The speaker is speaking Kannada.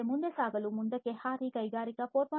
ಮುಂದೆ ಸಾಗಲು ಕೈಗಾರಿಕೆ 4